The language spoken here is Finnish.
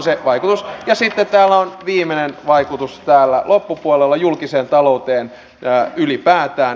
ja sitten täällä on viimeinen vaikutus täällä loppupuolella julkiseen talouteen ylipäätään